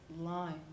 line